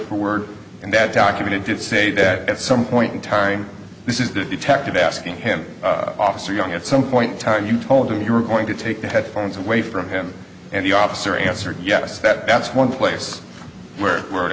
for word and that document did say that at some point in time this is the detective asking him officer young at some point time you told him you were going to take the headphones away from him and the officer answered yes that that's one place where